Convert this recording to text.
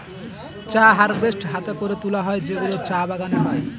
চা হারভেস্ট হাতে করে তোলা হয় যেগুলো চা বাগানে হয়